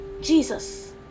Jesus